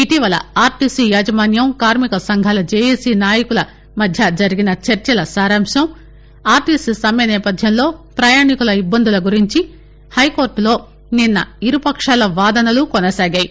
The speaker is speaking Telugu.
ఇటీవల ఆర్టీసీ యాజమాన్యం కార్మిక సంఘాల జేఏసీ నాయకుల మధ్య జరిగిన చర్చల సారాంశం ఆర్టీసీ సమ్మె నేపథ్యంలో పయాణికుల ఇబ్బందుల గురించి హైకోర్టలో నిన్న ఇరుపక్షాల వాదనలు కొససాగాయి